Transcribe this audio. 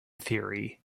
theory